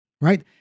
right